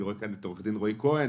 אני רואה כאן את עורך-הדין רועי כהן,